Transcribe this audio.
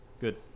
Good